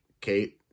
Kate